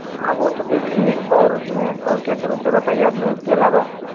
हाँ वो तो देख लेंगे और उसमें और क्या समस्या बताई आपने उसके अलावा